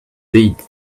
seized